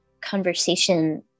conversation